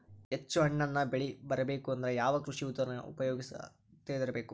ಹೆಚ್ಚು ಹಣ್ಣನ್ನ ಬೆಳಿ ಬರಬೇಕು ಅಂದ್ರ ಯಾವ ಕೃಷಿ ವಿಧಾನ ಉಪಯೋಗ ತಿಳಿದಿರಬೇಕು?